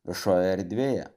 viešoje erdvėje